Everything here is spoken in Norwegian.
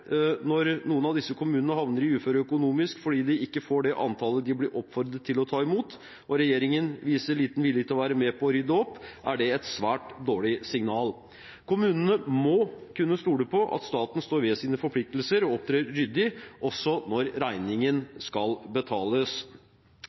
Når noen av disse kommunene havner i uføre økonomisk fordi de ikke får det antallet de ble oppfordret til å ta imot, og regjeringen viser liten vilje til å være med på å rydde opp, er det et svært dårlig signal. Kommunene må kunne stole på at staten står ved sine forpliktelser og opptrer ryddig – også når regningen